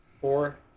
four